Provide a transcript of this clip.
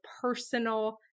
personal